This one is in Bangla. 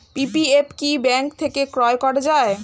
পি.পি.এফ কি ব্যাংক থেকে ক্রয় করা যায়?